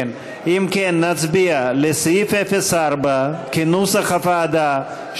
נצביע על סעיף 04 כנוסח הוועדה,